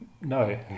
No